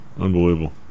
Unbelievable